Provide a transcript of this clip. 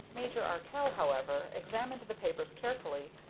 major arkell, however, examined the papers carefully,